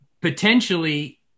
potentially